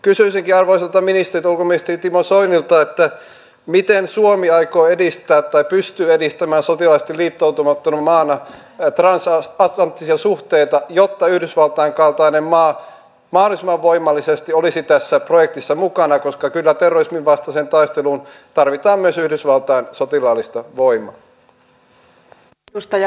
kysyisinkin arvoisalta ministeriltä ulkoministeri timo soinilta miten suomi aikoo edistää tai pystyy edistämään sotilaallisesti liittoutumattomana maana transatlanttisia suhteita jotta yhdysvaltain kaltainen maa mahdollisimman voimallisesti olisi tässä projektissa mukana koska kyllä terrorismin vastaiseen taisteluun tarvitaan myös yhdysvaltain sotilaallista voimaa